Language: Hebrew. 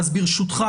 ברשותך,